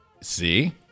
See